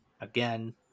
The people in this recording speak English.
again